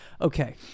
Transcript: okay